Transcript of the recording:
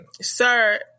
sir